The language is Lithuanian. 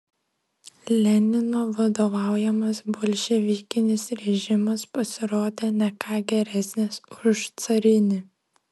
lenino vadovaujamas bolševikinis režimas pasirodė ne ką geresnis už carinį